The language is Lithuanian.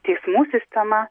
teismų sistema